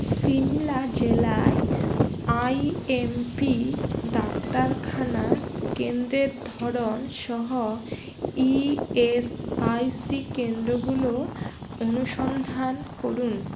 সিমলা জেলায় আইএমপি ডাক্তারখানা কেন্দ্রের ধরন সহ ইএসআইসি কেন্দ্রগুলো অনুসন্ধান করুন